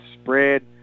spread